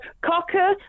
Cocker